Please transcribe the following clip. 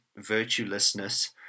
virtuelessness